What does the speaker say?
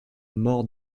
mort